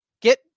get